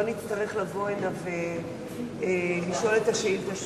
נצטרך לבוא הנה ולשאול את השאילתא שוב,